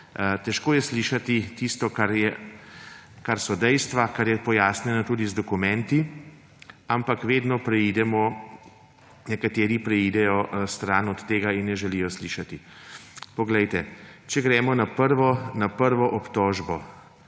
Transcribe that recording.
Težko je slišati tisto, kar so dejstva, kar je pojasnjeno tudi z dokumenti, ampak vedno nekateri gredo stran od tega in ne želijo slišati. Poglejte, če gremo na prvo obtožbo,